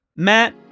Matt